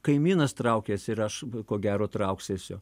kaimynas traukiasi ir aš ko gero trauksiuosiu